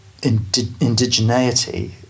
indigeneity